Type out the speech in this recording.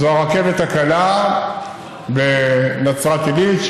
זו הרכבת הקלה בנצרת עילית.